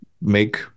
make